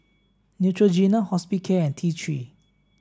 Neutrogena Hospicare and T Three